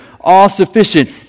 all-sufficient